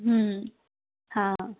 હં હા